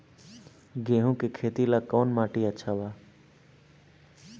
गेहूं के खेती ला कौन माटी अच्छा बा?